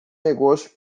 negócio